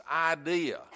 idea